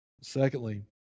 Secondly